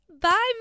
Bye